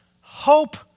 Hope